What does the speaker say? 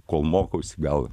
kol mokausi gal